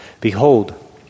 Behold